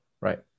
right